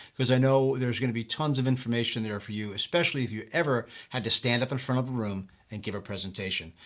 because i know there's going to be tons of information there for you especially if you ever had to stand up in front of the room and give her presentation.